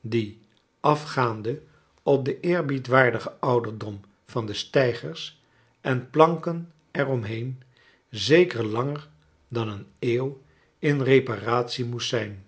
die afgaande op den eerbiedwaardigen ouderdom van de steigers en planken er om heen zeker langer dan een eeuw in reparatie moest zijn